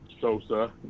Sosa